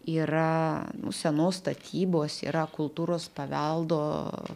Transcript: yra senos statybos yra kultūros paveldo